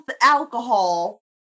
alcohol